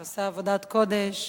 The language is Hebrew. שעושה עבודת קודש